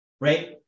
right